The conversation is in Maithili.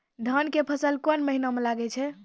धान के फसल कोन महिना म लागे छै?